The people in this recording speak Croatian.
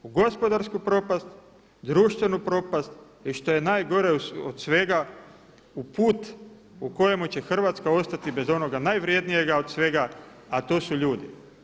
U gospodarsku propast, društvenu propast i što je najgore od svega u put u kojemu će Hrvatska ostati bez onoga najvrednijega od svega, a to su ljudi.